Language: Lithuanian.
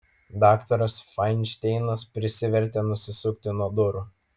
daktaras fainšteinas prisivertė nusisukti nuo durų